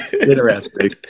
interesting